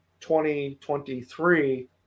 2023